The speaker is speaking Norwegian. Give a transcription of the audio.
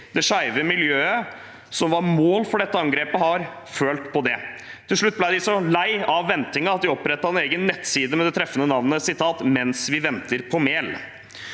det skeive miljøet, som var målet for dette angrepet, har følt på det. Til slutt ble de så leie av ventingen at de opprettet en egen nettside, med det treffende navnet «Mens vi venter på Mehl».